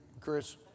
Chris